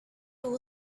two